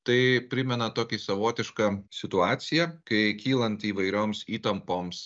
tai primena tokį savotišką situaciją kai kylant įvairioms įtampoms